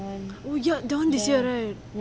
oh ya that [one] this year right